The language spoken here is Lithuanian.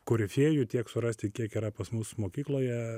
korifėjų tiek surasti kiek yra pas mus mokykloje